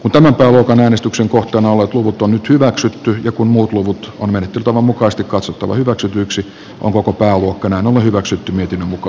otamme joten äänestyksen kohtaan ole puhuttu nyt hyväksytty ja kun muut luvut on menettelytavan mukaista katsottava hyväksytyksi on koko pääluokkana on hyväksytty miten muka